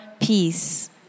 peace